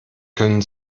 können